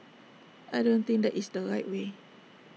I don't think that is the right way